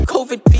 Covid